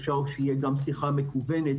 אפשר שתהיה גם שיחה מקוונת